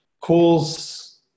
calls